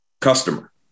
customer